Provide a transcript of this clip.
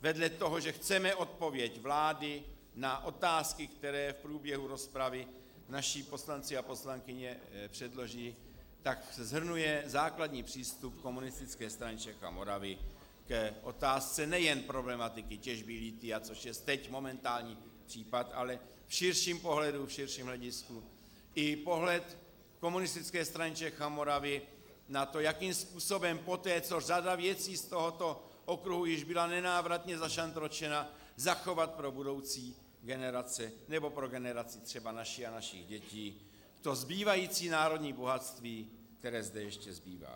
vedle toho, že chceme odpověď vlády na otázky, které v průběhu rozpravy naši poslanci a poslankyně předloží, shrnuje základní přístup Komunistické strany Čech a Moravy k otázce nejen problematiky těžby lithia, což je teď momentální případ, ale v širším pohledu, v širším hledisku i pohled Komunistické strany Čech a Moravy na to, jakým způsobem poté, co řada věcí z tohoto okruhu již byla nenávratně zašantročena, zachovat pro budoucí generace nebo pro generaci naši a našich dětí to zbývající národní bohatství, které zde ještě zbývá.